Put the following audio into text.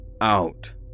Out